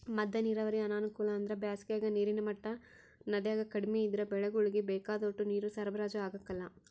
ಮದ್ದ ನೀರಾವರಿ ಅನಾನುಕೂಲ ಅಂದ್ರ ಬ್ಯಾಸಿಗಾಗ ನೀರಿನ ಮಟ್ಟ ನದ್ಯಾಗ ಕಡಿಮೆ ಇದ್ರ ಬೆಳೆಗುಳ್ಗೆ ಬೇಕಾದೋಟು ನೀರು ಸರಬರಾಜು ಆಗಕಲ್ಲ